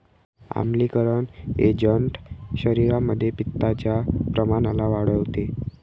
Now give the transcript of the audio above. आम्लीकरण एजंट शरीरामध्ये पित्ताच्या प्रमाणाला वाढवते